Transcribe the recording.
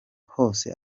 hose